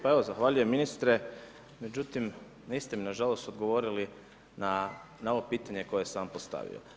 Pa evo zahvaljujem ministre, međutim, niste mi nažalost odgovorili na ovo pitanje koje sam vam postavio.